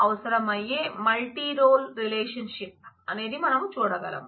అనేది మనం చూడగలం